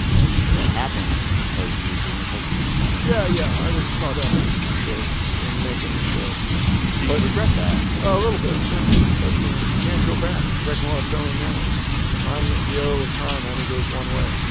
and you say that happened because you were doing this whole tv thing yeah, yeah, i was caught up, for sure, in making the show do you regret that? a little bit, yeah, but, you know, you can't go back second law of thermodynamics. time the arrow of time only goes one way.